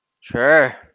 Sure